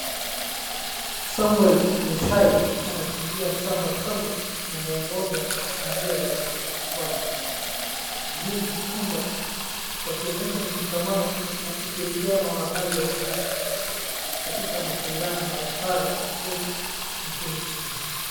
Samwel Mushai anakimbia sambasamba na mwongoza njia wake, Jean Kipchumba wakionyesha ushikamano na ushirikiano wa hali ya juu katika mashindano ya para-athletics nchini Kenya.